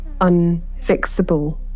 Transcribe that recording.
unfixable